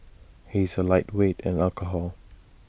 he is A lightweight in alcohol